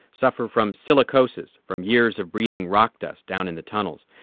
suffer from silicosis from years of breathing rock dust down in the tunnels.